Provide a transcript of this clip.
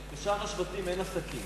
בשער השבטים אין עסקים.